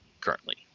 currently